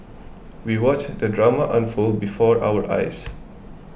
we watched the drama unfold before our eyes